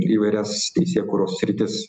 įvairias teisėkūros sritis